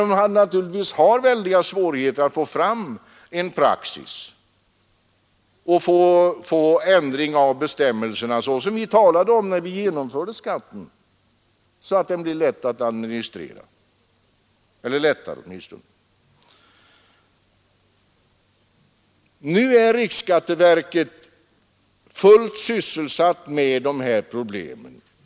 Man har naturligtvis väldiga svårigheter att få fram en praxis, och man har svårigheter med att ändra bestämmelserna så att skatten blir åtminstone lättare att administrera, vilket vi talade om när vi genomförde den.